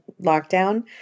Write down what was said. lockdown